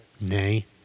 nay